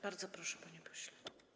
Bardzo proszę, panie pośle.